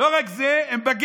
ולא רק זה, הם בגטו.